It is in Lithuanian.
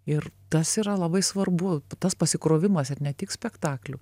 ir tas yra labai svarbu tas pasikrovimas ir ne tik spektaklių